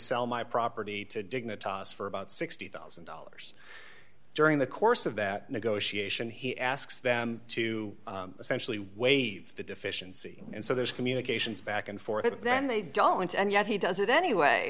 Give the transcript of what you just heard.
sell my property to dignitas for about sixty thousand dollars during the course of that negotiation he asks them to essentially waive the deficiency and so there's communications back and forth and then they don't want to and yet he does it anyway